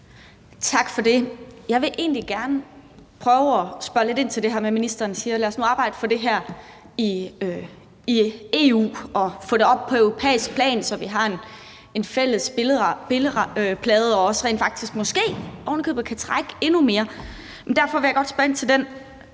Tak for det. Jeg vil egentlig gerne prøve at spørge lidt ind til det her ministeren siger: Lad os nu arbejde for det her i EU og få det op på europæisk plan, så vi har en fælles spilleplade og også rent faktisk måske ovenikøbet kan trække endnu mere. Derfor vil jeg godt spørge ind til den